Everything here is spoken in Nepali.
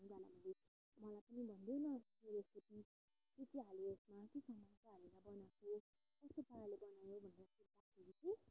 मलाई पनि भन्देउ न त्यो रेसिपी के के हाल्यो यसमा के के मसला हालेर बनाएको कस्तो पाराले बनायो भन्दा चाहिँ